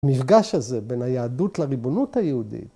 ‫המפגש הזה בין היהדות לריבונות היהודית.